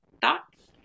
thoughts